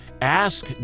Ask